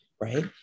Right